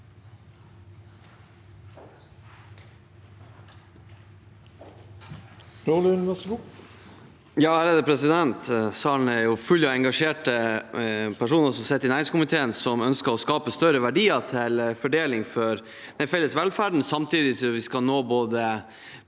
(Sp) Salen er full av engasjerte personer som sitter i næringskomiteen, og som ønsker å skape større verdier til fordeling for den felles velferden, samtidig som vi skal både